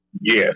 Yes